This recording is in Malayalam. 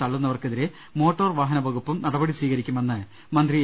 തള്ളുന്നവർക്കെതിരെ മോട്ടോർ വാഹന വകുപ്പും നടപടി സ്വീകരിക്കുമെന്ന് മന്ത്രി എ